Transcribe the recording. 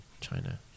China